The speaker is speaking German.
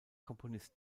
komponist